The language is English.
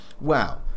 Wow